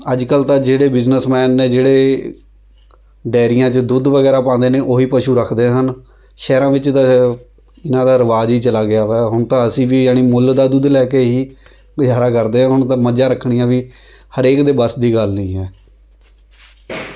ਅੱਜ ਕੱਲ੍ਹ ਤਾਂ ਜਿਹੜੇ ਬਿਜਨਸਮੈਨ ਨੇ ਜਿਹੜੇ ਡੇਅਰੀਆਂ 'ਚ ਦੁੱਧ ਵਗੈਰਾ ਪਾਉਂਦੇ ਨੇ ਉਹੀ ਪਸ਼ੂ ਰੱਖਦੇ ਹਨ ਸ਼ਹਿਰਾਂ ਵਿੱਚ ਤਾਂ ਇਹਨਾਂ ਦਾ ਰਿਵਾਜ ਹੀ ਚਲਾ ਗਿਆ ਵਾ ਹੁਣ ਤਾਂ ਅਸੀਂ ਵੀ ਯਾਨੀ ਮੁੱਲ ਦਾ ਦੁੱਧ ਲੈ ਕੇ ਹੀ ਗੁਜ਼ਾਰਾ ਕਰਦੇ ਹਾਂ ਹੁਣ ਤਾਂ ਮੱਝਾਂ ਰੱਖਣੀਆਂ ਵੀ ਹਰੇਕ ਦੇ ਵੱਸ ਦੀ ਗੱਲ ਨਹੀਂ ਹੈ